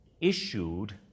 issued